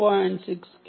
6 కిలోబైట్లు